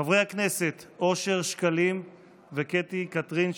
חברי הכנסת אושר שקלים וקטי קטרין שטרית,